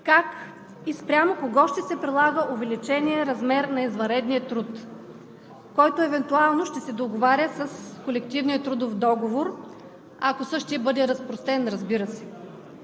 как и спрямо кого ще се прилага увеличеният размер на извънредния труд, който евентуално ще се договаря с колективния трудов договор, ако същият бъде разпрострян, разбира се.